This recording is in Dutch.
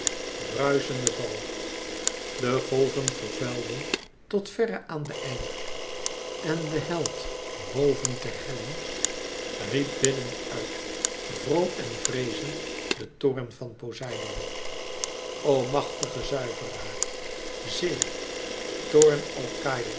bruischenden val de golven vervuilden tot verre aan den einder en de held boven ter helling riep biddende uit vroom en vreezend den toorn van poseidoon o machtige zuiveraar zee